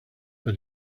but